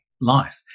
life